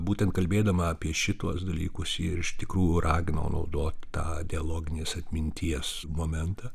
būtent kalbėdama apie šituos dalykus ji ir iš tikrųjų ragino naudot tą dialoginės atminties momentą